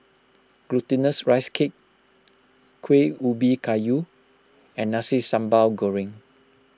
Glutinous Rice Cake Kuih Ubi Kayu and Nasi Sambal Goreng